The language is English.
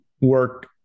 work